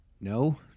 no